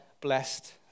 blessed